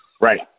Right